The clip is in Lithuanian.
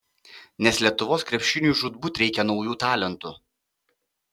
nes lietuvos krepšiniui žūtbūt reikia naujų talentų